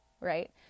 right